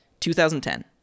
2010